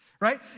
Right